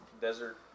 Desert